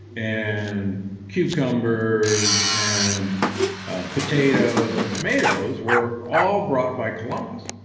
and cucumbers, and potatoes, and tomatoes were all brought by columbus.